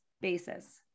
basis